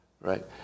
right